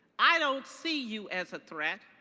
i don't see you as a threat.